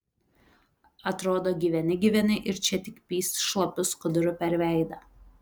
atrodo gyveni gyveni ir čia tik pyst šlapiu skuduru per veidą